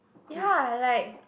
ya like